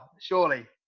Surely